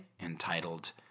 entitled